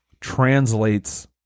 translates